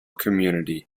community